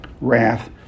wrath